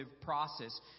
process